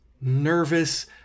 nervous